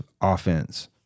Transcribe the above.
offense